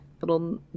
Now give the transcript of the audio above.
little